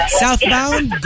southbound